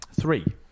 Three